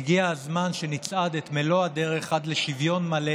והגיע הזמן שנצעד את מלוא הדרך עד לשוויון מלא